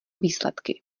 výsledky